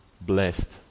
blessed